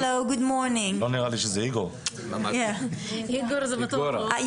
מלבד ילדי עולים חדשים שמגיעים מאוקראינה ומרוסיה,